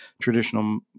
traditional